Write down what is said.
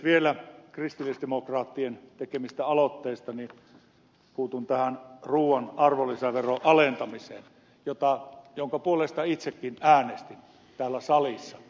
vielä kristillisdemokraattien tekemistä aloitteista puutun tähän ruuan arvonlisäveron alentamiseen jonka puolesta itsekin äänestin täällä salissa